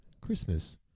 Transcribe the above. Christmas